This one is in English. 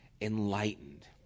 enlightened